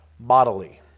bodily